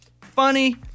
funny